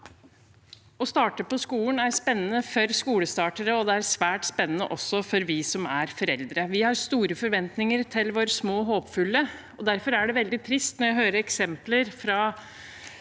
Å starte på skolen er spennende for skolestartere, og det er svært spennende også for oss som er foreldre. Vi har store forventninger til våre små håpefulle. Derfor er det veldig trist når jeg hører eksempler fra